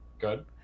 good